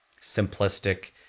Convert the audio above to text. simplistic